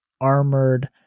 armored